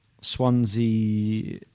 Swansea